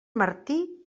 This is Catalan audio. martí